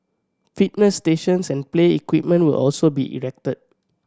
fitness stations and play equipment will also be erected